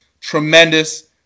tremendous